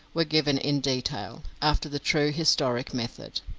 were given in detail, after the true historic method.